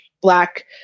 black